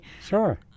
Sure